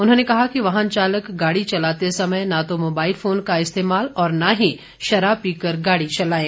उन्होंने कहा कि वाहन चालक गाड़ी चलाते समय न तो मोबाईल फोन का इस्तेमाल और न ही शराब पीकर गाड़ी चलाएं